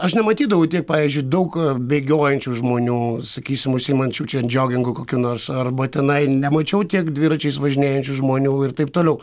aš nematydavau tiek pavyzdžiui daug bėgiojančių žmonių sakysime užsiimančių čen džiogingu kokių nors arba tenai nemačiau tiek dviračiais važinėjančių žmonių ir taip toliau